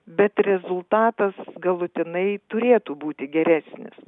bet rezultatas galutinai turėtų būti geresnis